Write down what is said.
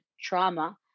trauma